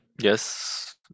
Yes